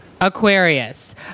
Aquarius